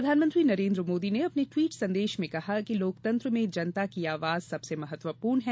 प्रधानमंत्री नरेन्द्र मोदी ने अपने टिवट संदेश में कहा कि लोकतंत्र में जनता की आवाज सबसे महत्वपूर्ण है